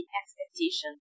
expectation